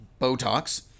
Botox